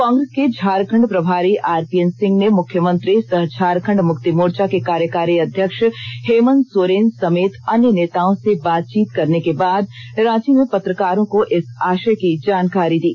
कांग्रेस के झारखंड प्रभारी आरपीएन सिंह ने मुख्यमंत्री सह झारखंड मुक्ति मोर्चा के कार्यकारी अध्यक्ष हेमंत सोरेन समेत अन्य नेताओं से बातचीत करने के बाद रांची में पत्रकारों को इस आषय की जानकारी दी